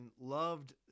loved